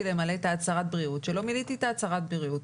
למלא את הצהרת הבריאות שלא מילאתי את הצהרת הבריאות.